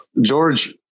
George